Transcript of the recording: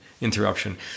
interruption